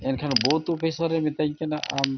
ᱮᱱᱠᱷᱟᱱ ᱵᱩᱛᱷ ᱚᱯᱷᱥᱟᱨᱮ ᱢᱤᱛᱟᱹᱧ ᱠᱟᱱᱟ ᱟᱢ